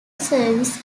service